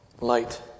Light